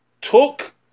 took